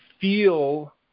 feel